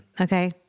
Okay